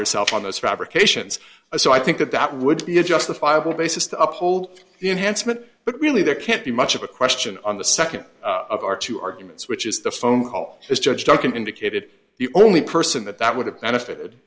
herself on those fabrications so i think that that would be a justifiable basis to uphold the enhancement but really there can't be much of a question on the second of our two arguments which is the phone call as judge duncan indicated the only person that that would have benefited